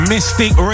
Mystic